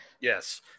Yes